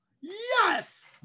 Yes